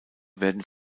werden